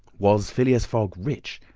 was phileas fogg rich?